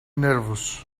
nervous